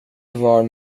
var